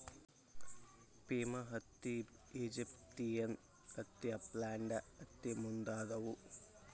Pima ಹತ್ತಿ, Egyptian ಹತ್ತಿ, upland ಹತ್ತಿ ಮುಂತಾದವು